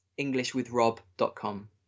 englishwithrob.com